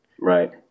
Right